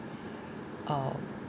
uh